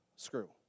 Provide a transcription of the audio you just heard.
screw